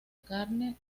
carne